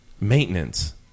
maintenance